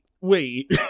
Wait